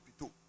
Pito